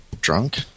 drunk